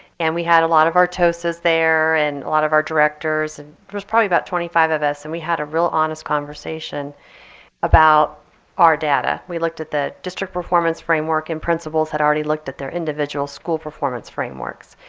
and we had a lot of our tosas there and a lot of our directors and there's probably about twenty five of us. and we had a real honest conversation about our data. we looked at the district performance framework and principals had already looked at their individual school performance frameworks.